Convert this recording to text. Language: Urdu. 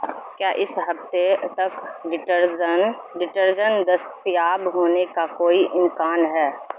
کیا اس ہفتے تک ڈٹرزن ڈٹرجن دستیاب ہونے کا کوئی امکان ہے